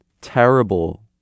terrible